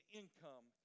income